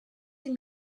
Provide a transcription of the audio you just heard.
they